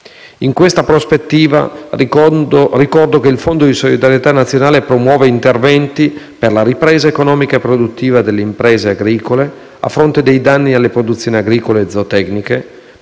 In questa prospettiva ricordo che il Fondo di solidarietà nazionale promuove interventi per la ripresa economica e produttiva delle imprese agricole a fronte dei danni alle produzioni agricole e zootecniche,